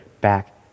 back